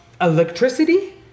electricity